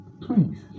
Please